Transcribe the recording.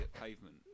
pavement